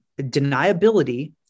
deniability